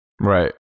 Right